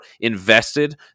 invested